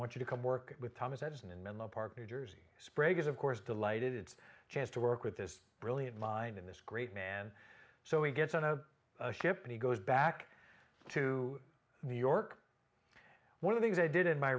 want you to come work with thomas edison in menlo park new jersey sprague is of course delighted it's a chance to work with this brilliant mind in this great man so he gets on a ship and he goes back to new york one of these they did in my